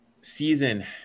season